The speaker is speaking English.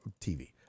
TV